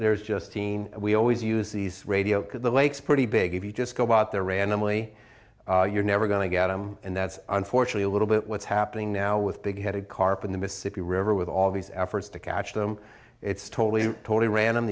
seen we always use these radio because the lakes pretty big if you just go out there randomly you're never going to get them and that's unfortunate a little bit what's happening now with big headed carp in the mississippi river with all these efforts to catch them it's totally totally random